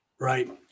Right